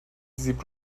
زیپ